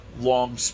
long